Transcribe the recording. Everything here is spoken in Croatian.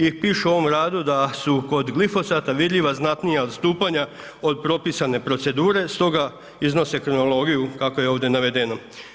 I piše u ovom radu da su kod glifosata vidljiva znatnija odstupanja od propisane procedure, stoga iznose kronologiju kako je ovdje navedeno.